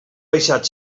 baixat